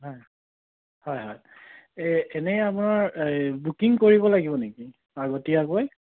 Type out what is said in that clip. হয় হয় হয় এই এনেই আমাৰ এই বুকিং কৰিব লাগিব নেকি আগতীয়াকৈ